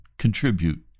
Contribute